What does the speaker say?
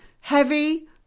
heavy